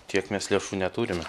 tiek mes lėšų neturime